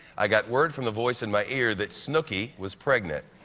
i got word from the voice in my ear that snooki was pregnant.